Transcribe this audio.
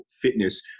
Fitness